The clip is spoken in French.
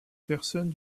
personne